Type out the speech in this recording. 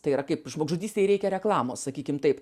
tai yra kaip žmogžudystei reikia reklamos sakykim taip